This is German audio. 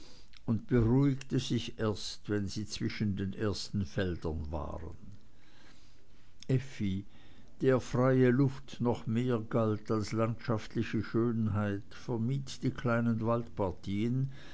und beruhigte sich erst wenn sie zwischen den ersten feldern waren effi der freie luft noch mehr galt als landschaftliche schönheit vermied die kleinen